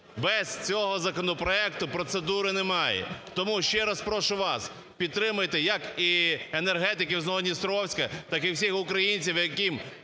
Без цього законопроекту процедури немає. Тому ще раз прошу вас, підтримайте як і енергетиків з Новодністровська, так і всіх українців, яким